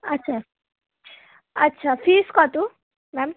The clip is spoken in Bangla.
আচ্ছা আচ্ছা ফিস কত ম্যাম